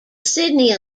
sydney